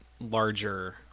larger